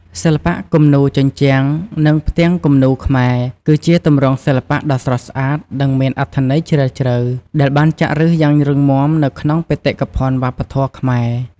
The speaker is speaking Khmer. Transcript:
សិល្បៈគំនូរជញ្ជាំង និងផ្ទាំងគំនូរខ្មែរ គឺជាទម្រង់សិល្បៈដ៏ស្រស់ស្អាត និងមានអត្ថន័យជ្រាលជ្រៅ ដែលបានចាក់ឫសយ៉ាងរឹងមាំនៅក្នុងបេតិកភណ្ឌវប្បធម៌ខ្មែរ។